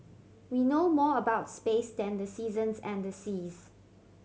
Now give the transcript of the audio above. we know more about space than the seasons and the seas